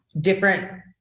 different